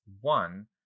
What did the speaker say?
one